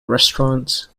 restaurants